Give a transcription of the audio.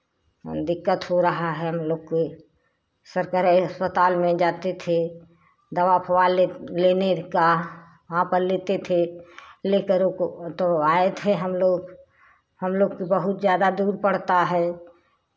हाँ दिक्कत हो रहा है हम लोग के सरकारी अस्पताल में जाते थे दवा फवा लेने का वहाँ पर लेते थे लेकर उसको तो आए थे हम लोग हम लोग तो बहुत ज़्यादा दूर पड़ता है